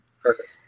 Perfect